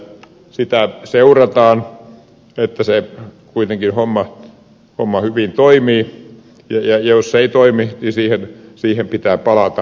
sitä seurataan että homma kuitenkin hyvin toimii ja jos ei toimi niin siihen pitää palata